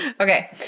okay